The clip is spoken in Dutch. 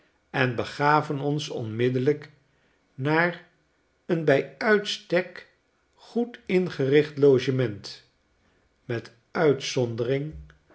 en begaven ons onmiddellijk naar een bij uitstek goed ingericht logement met